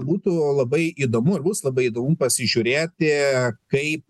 būtų labai įdomu ir bus labai įdomu pasižiūrėti kaip